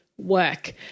work